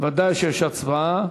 ודאי שיש הצבעה.